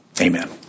Amen